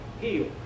heal